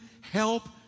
help